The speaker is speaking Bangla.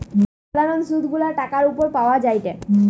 যে সাধারণ সুধ গুলা টাকার উপর পাওয়া যায়টে